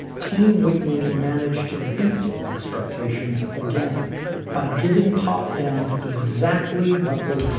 team whitney managed to beat expectations again by giving pop fans exactly what they